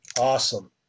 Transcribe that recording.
Awesome